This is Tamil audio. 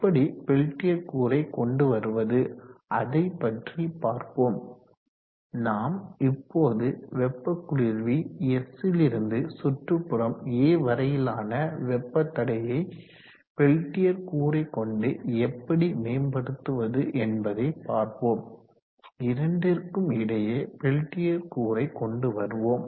எப்படி பெல்டியர் கூறை கொண்டு வருவது அதை பற்றி பார்ப்போம் நாம் இப்போது வெப்ப குளிர்வி S லிருந்து சுற்றுப்புறம் a வரையிலான வெப்ப தடையை பெல்டியர் கூறை கொண்டு எப்படி மேம்படுத்துவது என்பதை பார்ப்போம் இரண்டிற்கும் இடையே பெல்டியர் கூறை கொண்டு வருவோம்